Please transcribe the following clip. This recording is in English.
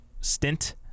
stint